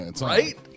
Right